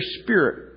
spirit